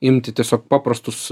imti tiesiog paprastus